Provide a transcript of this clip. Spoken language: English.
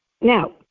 Now